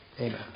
Amen